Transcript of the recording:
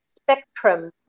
spectrum